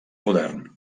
modern